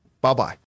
bye-bye